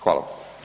Hvala.